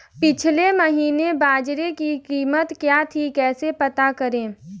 पिछले महीने बाजरे की कीमत क्या थी कैसे पता करें?